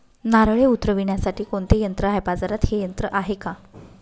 नारळे उतरविण्यासाठी कोणते यंत्र आहे? बाजारात हे यंत्र आहे का?